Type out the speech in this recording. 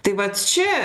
tai vat čia